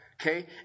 Okay